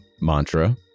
mantra